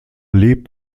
lebt